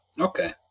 okay